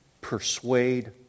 persuade